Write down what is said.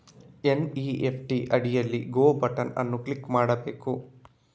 NEFT ಅಡಿಯಲ್ಲಿ go button ಅನ್ನು click ಮಾಡಬೇಕು